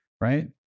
right